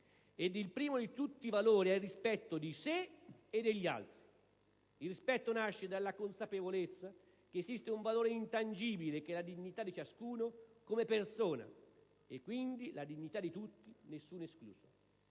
E il primo di tutti i valori è il rispetto di sé e degli altri. Il rispetto nasce dalla consapevolezza che esiste un valore intangibile che è la dignità di ciascuno come persona, e quindi la dignità di tutti, nessuno escluso.